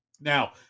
Now